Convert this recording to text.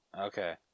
Okay